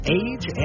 age